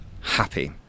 happy